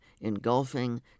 engulfing